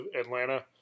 Atlanta